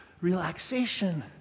relaxation